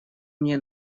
мне